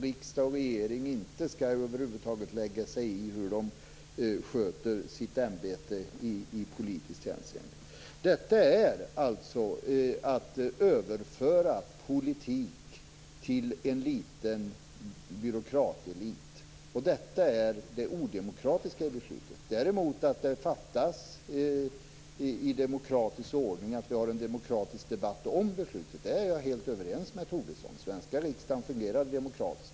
Riksdag och regering skall alltså över huvud taget inte lägga sig i hur de sköter sitt ämbete i politiskt hänseende. Detta är att överföra politik till en liten byråkratelit, och detta är det odemokratiska i beslutet. Att det däremot fattas i demokratisk ordning och att vi har en demokratisk debatt om beslutet är jag helt överens med Tobisson om. Den svenska riksdagen fungerar demokratiskt.